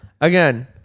Again